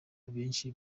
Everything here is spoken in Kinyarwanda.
benshi